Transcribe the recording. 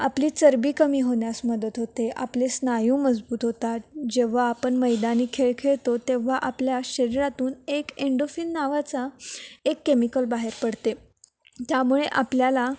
आपली चरबी कमी होण्यास मदत होते आपले स्नायू मजबूत होतात जेव्हा आपण मैदानी खेळ खेळतो तेव्हा आपल्या शरीरातून एक एंडोफिन नावाचा एक केमिकल बाहेर पडते त्यामुळे आपल्याला